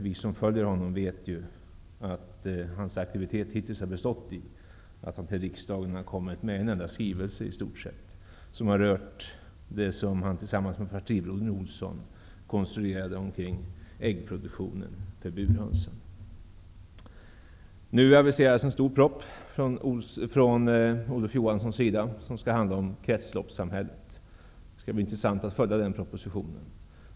Vi som följer honom vet att hans aktivitet hittills i stort sett har bestått i att han har kommit till riksdagen med en enda skrivelse, som har rört det som han tillsammans med partibröderna Olsson konstruerade omkring äggproduktionen, för burhönsen. Nu aviseras en stor proposition från Olof Johansson som skall handla om kretsloppssamhället. Det skall bli intressant att följa den propositionen.